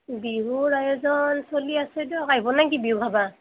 বিহুৰ আয়োজন চলি আছে দিয়ক আইভ নেকি বিহু খাবা